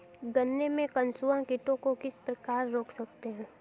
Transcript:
गन्ने में कंसुआ कीटों को किस प्रकार रोक सकते हैं?